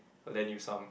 I lend you some